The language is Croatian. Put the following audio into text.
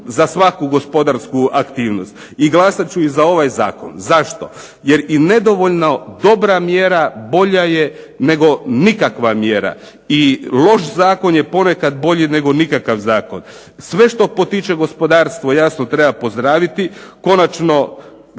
za svaku gospodarsku aktivnost i glasat ću za ovaj Zakon, zašto. Jer nedovoljno dobro mjera bolja je nego nikakva mjera i loš Zakon je bolji ponekad nego nikakav zakon. Sve što potiče gospodarstvo jasno treba pozdraviti, jasno,